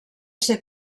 ser